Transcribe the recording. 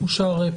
אישור התקנות?